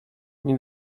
nie